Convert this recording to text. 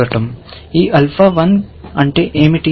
ఈ ఆల్ఫా 1 అంటే ఏమిటి